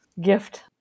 gift